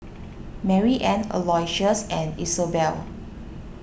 Maryanne Aloysius and Isobel